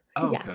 Okay